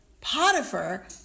Potiphar